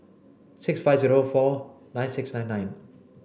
six five zero four nine six nine nine